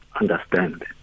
understand